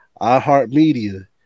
iHeartMedia